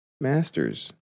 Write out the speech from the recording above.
master's